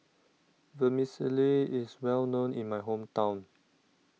Vermicelli IS Well known in My Hometown